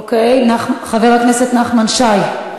אוקיי, חבר הכנסת נחמן שי?